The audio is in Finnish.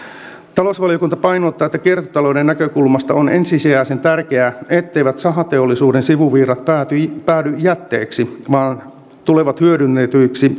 talousvaliokunta painottaa että kiertotalouden näkökulmasta on ensisijaisen tärkeää etteivät sahateollisuuden sivuvirrat päädy jätteeksi vaan tulevat hyödynnetyiksi